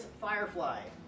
Firefly